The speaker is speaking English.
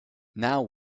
now